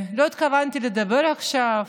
לא התכוונתי לדבר עכשיו,